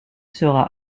sera